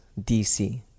dc